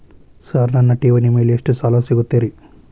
Sir ನನ್ನ ಠೇವಣಿ ಮೇಲೆ ಎಷ್ಟು ಸಾಲ ಸಿಗುತ್ತೆ ರೇ?